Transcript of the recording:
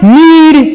need